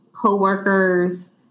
co-workers